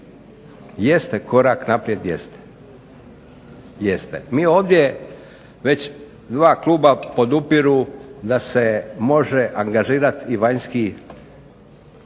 Jeste, korak naprijed jeste. Jeste. Mi ovdje već dva kluba podupiru da se može angažirati i vanjski